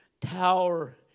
tower